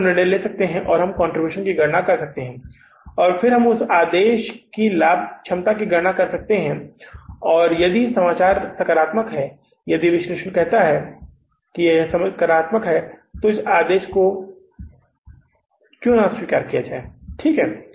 इस तरह हम निर्णय ले सकते हैं और हम कंट्रीब्यूशन की गणना कर सकते हैं और फिर हम उस आदेश की लाभ क्षमता की गणना कर सकते हैं और यदि समाचार सकारात्मक है यदि विश्लेषण कहता है कि यह सकारात्मक है तो इसे स्वीकार क्यों नहीं किया जाए ठीक है